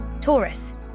Taurus